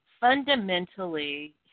fundamentally